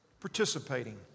participating